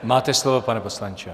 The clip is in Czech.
Máte slovo, pane poslanče.